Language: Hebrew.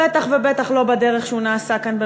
בטח ובטח לא בדרך שבה הוא נעשה כאן,